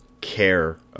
care